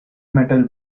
metal